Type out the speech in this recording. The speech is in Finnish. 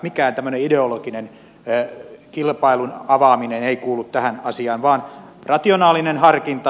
mikään tämmöinen ideologinen kilpailun avaaminen ei kuulu tähän asiaan vaan rationaalinen harkinta